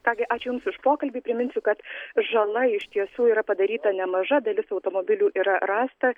ką gi ačiū jums už pokalbį priminsiu kad žala iš tiesų yra padaryta nemaža dalis automobilių yra rasta